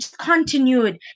continued